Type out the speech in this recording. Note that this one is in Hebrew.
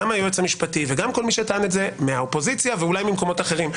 גם היועץ המשפטי וגם כל מי שטען את זה מהאופוזיציה ואולי ממקומות אחרים,